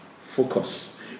Focus